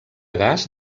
gas